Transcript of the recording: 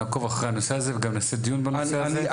נעקוב אחרי הנושא הזה וגם נעשה דיון בנושא הזה.